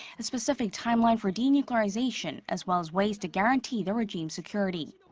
a specific timeline for denuclearization as well as ways to guarantee the regime's security.